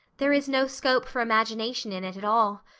there is no scope for imagination in it at all.